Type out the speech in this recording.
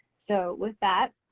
so, with that,